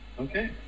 Okay